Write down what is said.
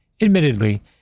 Admittedly